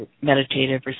meditative